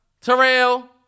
Terrell